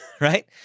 right